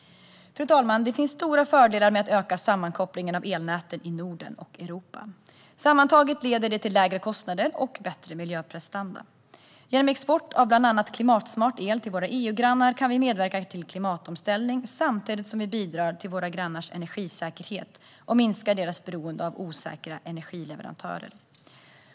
Fru talman! Det finns stora fördelar med att öka sammankopplingen av elnäten i Norden och Europa. Sammantaget leder det till lägre kostnader och bättre miljöprestanda. Genom export av bland annat klimatsmart el till våra EU-grannar kan vi medverka till klimatomställning samtidigt som vi bidrar till våra grannars energisäkerhet och minskar deras beroende av osäkra energileverantörer.